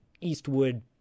Eastwood